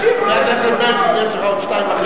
יש לך עוד שתי דקות וחצי.